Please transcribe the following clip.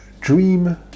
dream